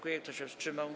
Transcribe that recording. Kto się wstrzymał?